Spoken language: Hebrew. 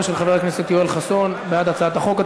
של חבר הכנסת יואל חסון בעד הצעת החוק.